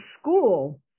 school